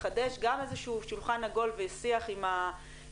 לחדש גם איזה שהוא שולחן עגול ושיח עם הארגונים,